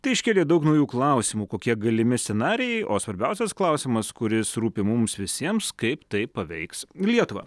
tai iškėlė daug naujų klausimų kokie galimi scenarijai o svarbiausias klausimas kuris rūpi mums visiems kaip tai paveiks lietuvą